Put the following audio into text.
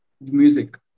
music